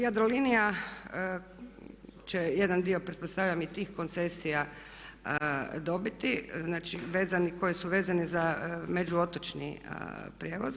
Jadrolinija će jedan dio pretpostavljam i tih koncesija dobiti, znači koji su vezani za među otočni prijevoz.